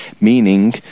meaning